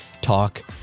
Talk